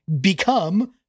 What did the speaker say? become